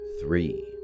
three